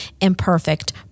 imperfect